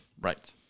Right